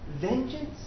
vengeance